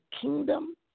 kingdom